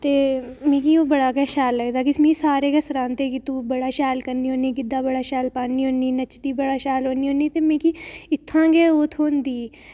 ते मिगी ओह् बड़ा शैल लगदा ते मिगी सारे गै सरांहंदे कि तूं ओह् बड़ा शैल करनी होन्नीं ते गिद्धा बड़ा शैल पान्नाी होन्नी ते नचदी बड़ा शैल होन्नी होन्नी ते मिगी ओह् इत्थां गै ओह् थ्होंदी